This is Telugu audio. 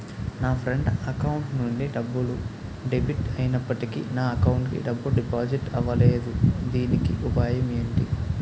నా ఫ్రెండ్ అకౌంట్ నుండి డబ్బు డెబిట్ అయినప్పటికీ నా అకౌంట్ కి డబ్బు డిపాజిట్ అవ్వలేదుదీనికి ఉపాయం ఎంటి?